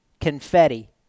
confetti